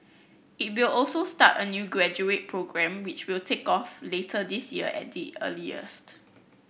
it will also start a new graduate programme which will take off later this year at the earliest